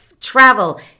travel